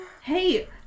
hey